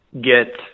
get